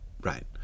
right